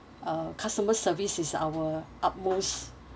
uh customer service is our upmost